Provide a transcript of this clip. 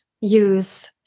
use